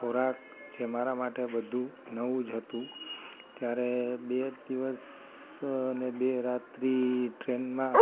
ખોરાક જે મારા માટે બધું નવું જ હતું ત્યારે બે દિવસ અને બે રાત્રિ ટ્રેનમાં